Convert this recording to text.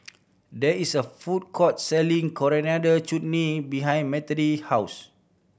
there is a food court selling Coriander Chutney behind house